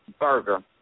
burger